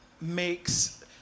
makes